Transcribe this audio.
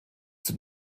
zum